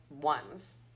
ones